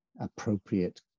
appropriate